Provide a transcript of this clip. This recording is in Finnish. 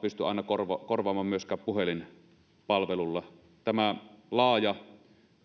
pysty aina korvaamaan korvaamaan myöskään puhelinpalvelulla laaja